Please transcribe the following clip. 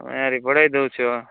ତୁମେ ଆହୁରି ବଢାଇ ଦେଉଛ